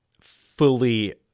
fully